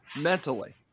mentally